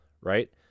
right